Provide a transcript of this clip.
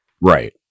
Right